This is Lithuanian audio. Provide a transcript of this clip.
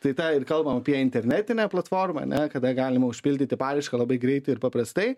tai tą ir kalbam apie internetinę platformą ane kada galima užpildyti paraišką labai greitai ir paprastai